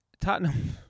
tottenham